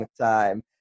time